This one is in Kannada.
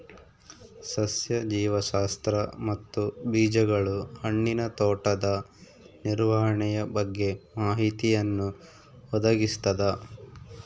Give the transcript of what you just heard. ಸಸ್ಯ ಜೀವಶಾಸ್ತ್ರ ಮತ್ತು ಬೀಜಗಳು ಹಣ್ಣಿನ ತೋಟದ ನಿರ್ವಹಣೆಯ ಬಗ್ಗೆ ಮಾಹಿತಿಯನ್ನು ಒದಗಿಸ್ತದ